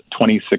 2016